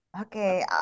Okay